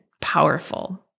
powerful